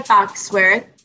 Foxworth